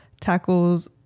tackles